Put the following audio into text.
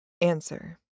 Answer